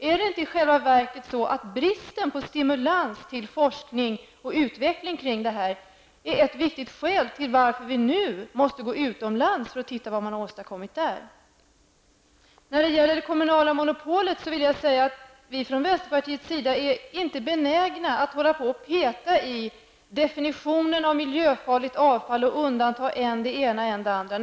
Är inte i själva verket bristen på stimulans till forskning och utveckling kring det här ett viktigt skäl till att vi nu måste gå utomlands för att se vad man har åstadkommit där? När det gäller det kommunala monopolet vill jag säga att vi från vänsterpartiets sida inte är benägna att peta i definitionen av miljöfarligt avfall och undanta än det ena än det andra.